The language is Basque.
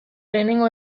lehenengo